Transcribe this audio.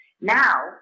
Now